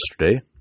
yesterday